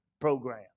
program